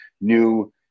new